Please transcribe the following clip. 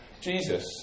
Jesus